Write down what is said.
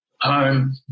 Home